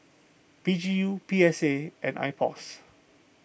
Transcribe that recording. P G U P S A and Ipos